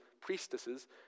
priestesses